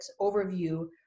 overview